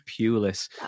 Pulis